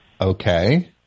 Okay